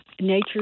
nature